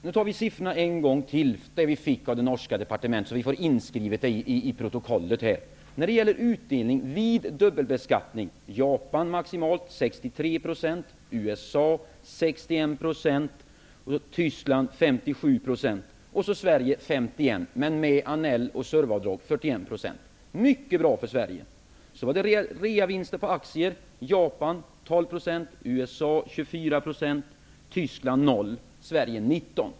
Nu tar vi siffrorna som vi fick av det norska finansdepartementet en gång till, så att vi får dem inskrivna i protokollet. Siffrorna vid dubbelbeskattning är alltså när det gäller utdelning: 41 %. Det är mycket bra för Sverige. USA 24 %, Tyskland 0 % och Sverige 19 %.